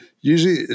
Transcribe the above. usually